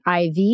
IV